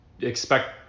expect